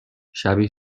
شبیه